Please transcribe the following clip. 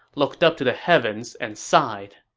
looked up to the heavens and sighed.